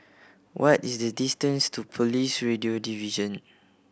what is the distance to Police Radio Division